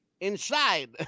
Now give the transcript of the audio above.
inside